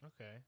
okay